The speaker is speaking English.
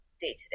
day-to-day